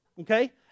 Okay